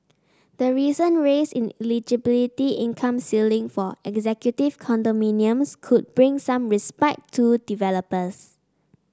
the recent raise in eligibility income ceiling for executive condominiums could bring some respite to developers